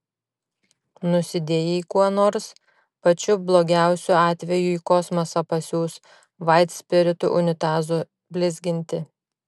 nusidėjai kuo nors pačiu blogiausiu atveju į kosmosą pasiųs vaitspiritu unitazų blizginti